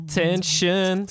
tension